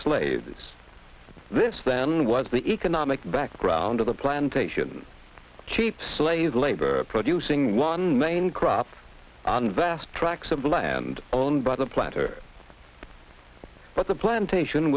slaves this then was the economic background of the plantation cheap slave labor producing one main crop and vast tracts of land owned by the platter but the plantation